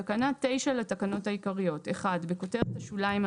בתקנה 9 לתקנות העיקריות - בכותרת השוליים,